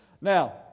Now